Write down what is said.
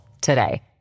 today